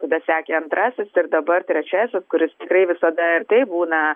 tada sekė antrasis ir dabar trečiasis kuris tikrai visada ir taip būna